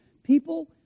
People